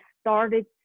started